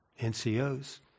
NCOs